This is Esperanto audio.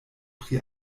pri